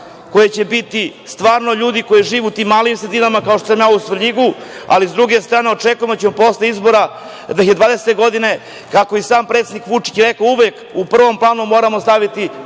koji će biti ljudi koji žive u malim sredinama, kao što sam ja u Svrljigu, ali sa druge strane očekujemo da ćemo posle izbora 2020. godine, kako je i sam predsednik Vučić rekao – uvek u prvi plan moramo staviti